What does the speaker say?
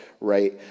right